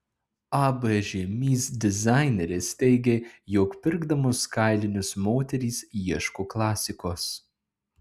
ab žiemys dizainerės teigė jog pirkdamos kailinius moterys ieško klasikos